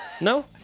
No